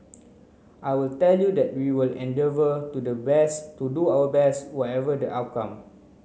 I will tell you that we will endeavour to the west to do our best whatever the outcome